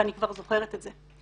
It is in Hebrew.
ואני כבר זוכרת את זה.